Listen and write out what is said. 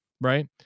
right